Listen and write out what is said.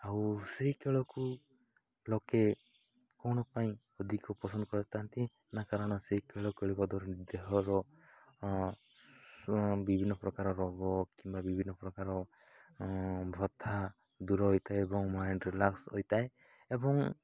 ଆଉ ସେଇ ଖେଳକୁ ଲୋକେ କ'ଣ ପାଇଁ ଅଧିକ ପସନ୍ଦ କରିଥାନ୍ତି ନା କାରଣ ସେଇ ଖେଳ ଖେଳିବା ଦ୍ୱାରା ଦେହର ବିଭିନ୍ନ ପ୍ରକାର ରୋଗ କିମ୍ବା ବିଭିନ୍ନ ପ୍ରକାର ବଥା ଦୂର ହୋଇଥାଏ ଏବଂ ମାଇଣ୍ଡ୍ ରିଲାକ୍ସ ହୋଇଥାଏ ଏବଂ